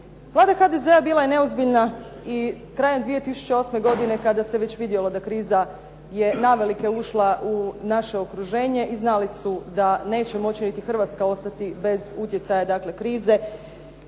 Vlada HDZ-a bila je neozbiljna i krajem 2008. godine kada se već vidjelo da kriza je navelike ušla u naše okruženje i znali su da neće moći niti Hrvatska ostati bez utjecaja krize,